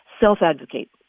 self-advocate